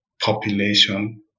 population